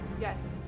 Yes